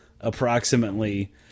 approximately